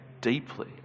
deeply